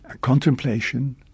contemplation